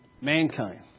mankind